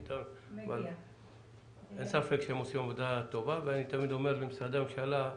אין ספק שהם עושים עבודה טובה ואני תמיד אומר למשרדי הממשלה,